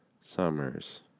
Summers